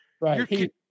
Right